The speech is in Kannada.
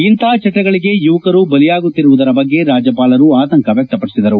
ಇಂತಹ ಚಟಗಳಿಗೆ ಯುವಕರು ಬಲಿಯಾಗುತ್ತಿರುವುದರ ಬಗ್ಗೆ ರಾಜ್ಯಪಾಲರು ಆತಂಕ ವ್ಯಕ್ತಪಡಿಸಿದರು